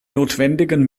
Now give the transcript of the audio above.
notwendigen